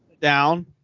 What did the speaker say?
down